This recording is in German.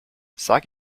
sag